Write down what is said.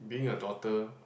being a daughter